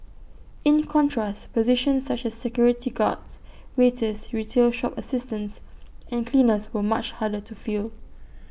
in contrast positions such as security guards waiters retail shop assistants and cleaners were much harder to fill